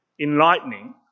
enlightening